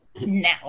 now